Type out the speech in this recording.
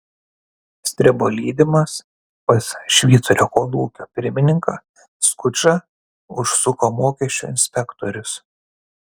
stribo lydimas pas švyturio kolūkio pirmininką skučą užsuko mokesčių inspektorius